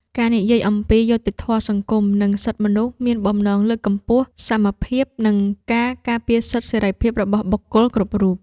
ការនិយាយអំពី យុត្តិធម៌សង្គម និងសិទ្ធិមនុស្ស មានបំណងលើកកម្ពស់សមភាព និងការការពារសិទ្ធិសេរីភាពរបស់បុគ្គលគ្រប់រូប។